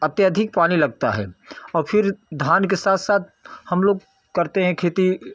अत्यधिक पानी लगता हैं और फ़िर धान के साथ साथ हम लोग करते हैं खेती